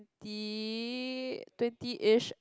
~ty twenty-ish